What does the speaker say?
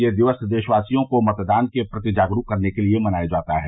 यह दिवस देशवासियों को मतदान के प्रति जागरूक करने के लिए मनाया जाता है